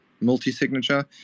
multi-signature